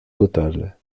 totale